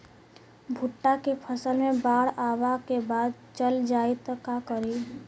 भुट्टा के फसल मे बाढ़ आवा के बाद चल जाई त का करी?